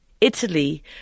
Italy